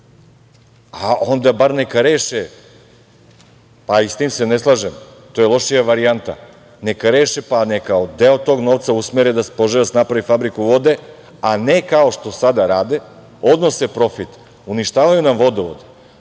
a onda bar neka reše, pa i sa tim se ne slažem, to je lošija varijanta, neka reše pa neke deo tog novca usmere da Požarevac napravi fabriku vode, a ne kao što sada rade, odnose profit, uništavaju nam vodovod,